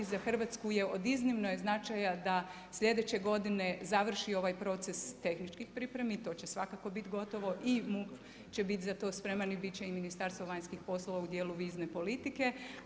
Za Hrvatsku je od iznimnog značaja da sljedeće godine završi ovaj proces tehničkih pripremi i to će svakako bit gotovo i MUP će bit za to spreman i bit će i Ministarstvo vanjskih poslova u dijelu vizne politike.